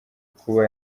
kuba